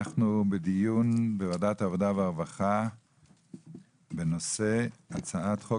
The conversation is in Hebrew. אנחנו בדיון בוועדת העבודה והרווחה בנושא הצעת חוק